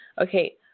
okay